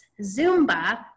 Zumba